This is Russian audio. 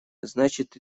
значит